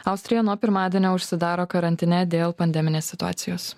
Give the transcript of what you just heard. austrija nuo pirmadienio užsidaro karantine dėl pandeminės situacijos